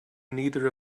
neither